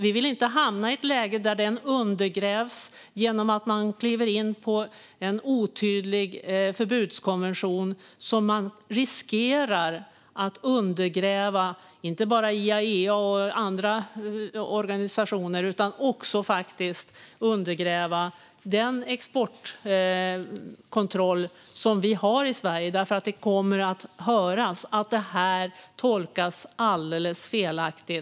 Vi vill inte hamna i ett läge där den undergrävs genom att kliva in i en otydlig förbudskonvention, som riskerar att undergräva inte bara IAEA och andra organisationer. Också den exportkontroll som vi har i Sverige riskerar att undergrävas. Det kommer nämligen att höras att det tolkas alldeles felaktigt.